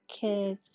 kids